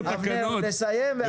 אבנר, תסיים ואז אתה.